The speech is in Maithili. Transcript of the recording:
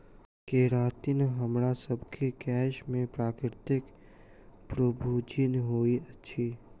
केरातिन हमरासभ केँ केश में प्राकृतिक प्रोभूजिन होइत अछि